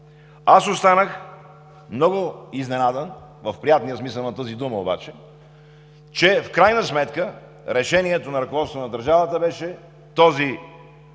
Аз останах много изненадан, в приятния смисъл на тази дума обаче, че в крайна сметка решението на ръководството на държавата беше този